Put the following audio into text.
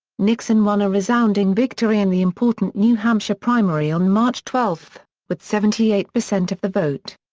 nixon won a resounding victory in the important new hampshire primary on march twelve, with seventy eight percent of the vote.